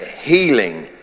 healing